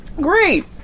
Great